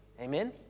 Amen